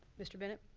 mr. bennett.